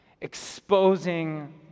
exposing